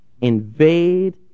Invade